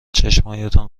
چشمهایتان